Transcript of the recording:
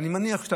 אני חושב שאתה